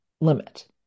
limit